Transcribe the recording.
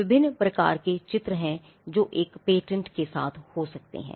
विभिन्न प्रकार के चित्र हैं जो एक पेटेंट के साथ हो सकते हैं